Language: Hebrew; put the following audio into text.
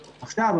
ספציפית,